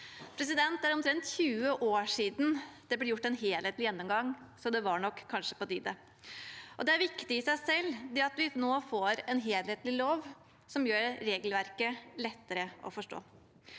lov. Det er omtrent 20 år siden det ble gjort en helhetlig gjennomgang, så det var nok kanskje på tide. Det er viktig i seg selv at vi nå får en helhetlig lov som gjør regelverket lettere å forstå.